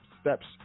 steps